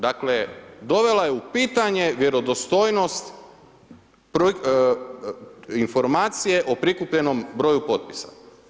Dakle dovela je u pitanje vjerodostojnost informacije o prikupljenom broju potpisa.